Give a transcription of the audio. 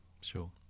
Sure